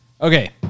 Okay